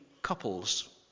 Couples